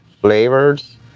flavors